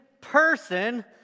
person